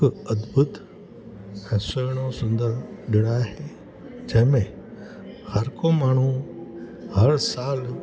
हिकु अद्भूत ऐं सुहिणो सुंदरु ॾिणु आहे जंहिं में हर को माण्हू हर सालु